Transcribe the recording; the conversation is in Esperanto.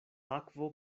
akvo